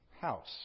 house